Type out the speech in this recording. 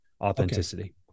authenticity